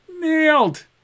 Nailed